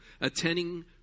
Attending